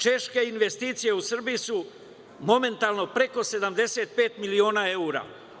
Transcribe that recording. Češke investicije u Srbiji su momentalno preko 75 miliona evra.